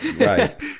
Right